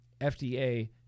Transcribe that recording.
FDA